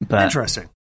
Interesting